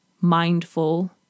mindful